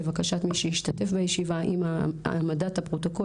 לבקשת מי שישתתף בישיבה אם העמדת הפרוטוקול